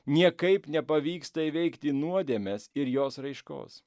niekaip nepavyksta įveikti nuodėmės ir jos raiškos